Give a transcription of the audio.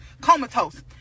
comatose